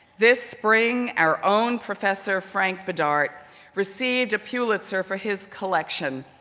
this spring, our own professor frank bidart received a pulitzer for his collection,